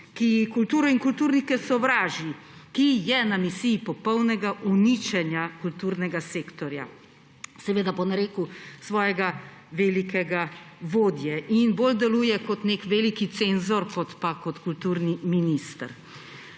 ki kulturo in kulturnike sovraži, ki je na misiji popolnega uničenja kulturnega sektorja – seveda po nareku svojega velikega vodje – in bolj deluje kot nek velik cenzor kot pa kot kulturni minister.